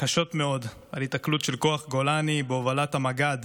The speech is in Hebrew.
קשות מאוד על היתקלות של כוח גולני בהובלת המג"ד